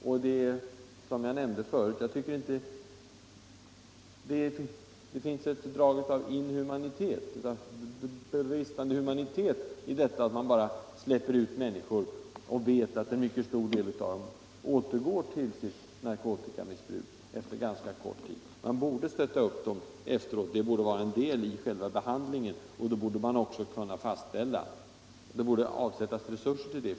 Som jag nämnde förut finns det ett drag av bristande humanitet i detta att man bara släpper ut människor och vet att en mycket stor del av dem återgår till sitt narkotikamissbruk efter ganska kort tid. Man borde söka upp dem efteråt; det borde vara en del av själva behandlingen, och det borde avsättas resurser till det.